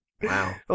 Wow